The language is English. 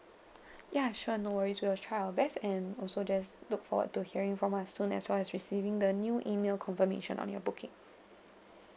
ya sure no worries we will try our best and also just look forward to hearing from us soon as well as receiving the new email confirmation on your booking